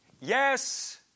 Yes